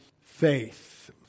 faith